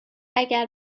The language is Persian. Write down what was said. اگر